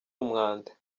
umwanda